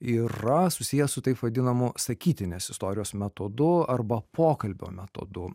yra susijęs su taip vadinamu sakytinės istorijos metodu arba pokalbio metodu